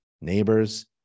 neighbors